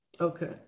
Okay